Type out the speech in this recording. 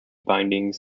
bindings